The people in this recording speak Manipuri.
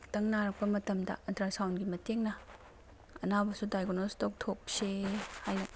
ꯈꯤꯇꯪ ꯅꯥꯔꯛꯄ ꯃꯇꯝꯗ ꯑꯜꯇ꯭ꯔꯥꯁꯥꯎꯟꯒꯤ ꯃꯇꯦꯡꯅ ꯑꯅꯥꯕꯁꯨ ꯗꯥꯏꯒꯅꯣꯁ ꯇꯧꯊꯣꯛꯁꯦ ꯍꯥꯏꯅ